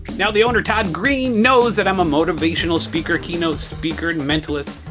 now the owner todd greene knows that i'm a motivational speaker, keynote speaker and mentalist.